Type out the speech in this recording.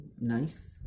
nice